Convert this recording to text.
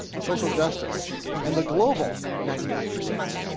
social justice and the global ninety nine percent.